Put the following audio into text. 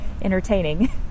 entertaining